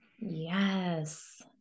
Yes